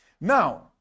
Now